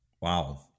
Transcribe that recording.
Wow